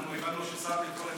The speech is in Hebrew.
אנחנו הבנו שהשר לביטחון הפנים יגיע.